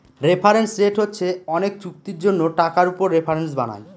reference rate হচ্ছে অনেক চুক্তির জন্য টাকার উপর রেফারেন্স বানায়